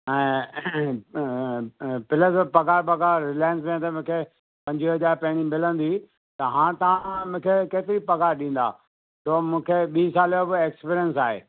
ऐं प्लस पगार पगाार रिलायंस में त मूंखे पंजवीह हज़ार पहिरीं मिलंदी हुई त हाण तव्हां मूंखे केतिरी पगार ॾींदा छो मूंखे ॿी साल जो बि एक्सपीरियंस आहे